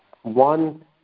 One